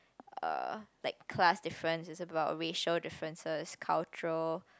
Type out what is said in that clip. uh like class difference is about racial differences cultural